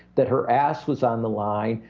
that her ass was on the line.